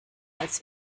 als